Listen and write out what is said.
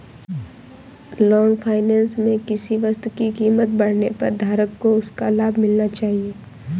long finance में किसी वस्तु की कीमत बढ़ने पर धारक को उसका लाभ मिलना चाहिए